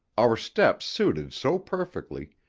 our steps suited so perfectly,